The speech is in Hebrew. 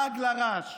איתמר,